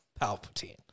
Palpatine